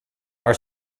are